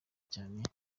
cyane